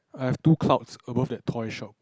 I've two clouds above that toy shop